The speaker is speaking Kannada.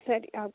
ಸರಿ ಆಗ್